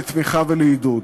לתמיכה ולעידוד.